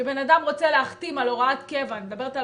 כשבן אדם רוצה להחתים על הוראת קבע אני מדברת על